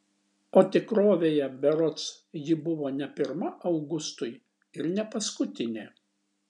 o tikrovėje berods ji buvo ne pirma augustui ir ne paskutinė